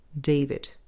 David